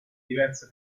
diverse